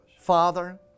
Father